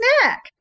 snack